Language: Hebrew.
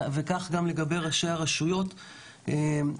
כך גם לגבי ראשי הרשויות בנגב.